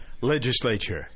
legislature